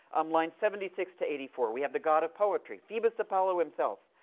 um lines seventy-six to eighty-four. we have the god of poetry, phoebus apollo himself,